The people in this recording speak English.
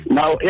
Now